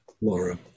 Laura